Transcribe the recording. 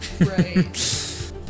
Right